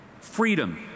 Freedom